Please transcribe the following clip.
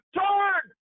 turn